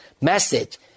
message